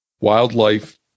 wildlife